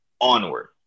Onward